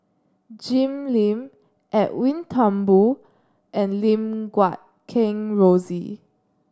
Jim Lim Edwin Thumboo and Lim Guat Kheng Rosie